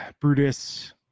Brutus